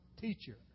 teacher